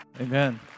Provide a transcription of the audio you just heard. Amen